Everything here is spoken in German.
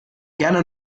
gerne